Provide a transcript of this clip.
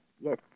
Yes